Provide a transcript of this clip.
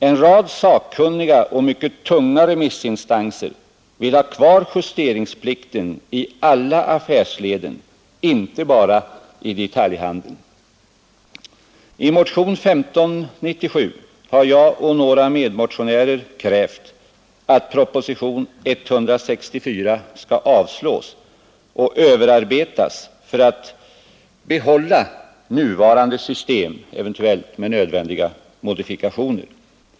En rad sakkunniga och mycket tunga remissinstanser vill ha kvar justeringsplikten i alla affärsleden, inte bara i detaljhandeln. I motionen 1597 har jag och några medmotionärer krävt att propositionen 164 skall avslås och överarbetas för att behålla nuvarande system, eventuellt med nödvändiga modifikationer.